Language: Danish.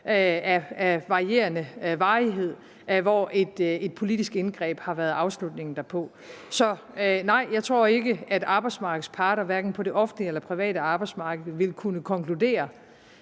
af varierende varighed, hvor et politisk indgreb har været afslutningen derpå. Så nej, jeg tror ikke, at arbejdsmarkedets parter på det offentlige eller private arbejdsmarked vil kunne konkludere